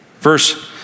Verse